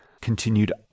continued